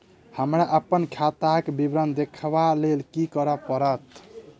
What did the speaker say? हमरा अप्पन खाताक विवरण देखबा लेल की करऽ पड़त?